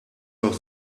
noch